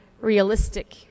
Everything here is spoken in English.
realistic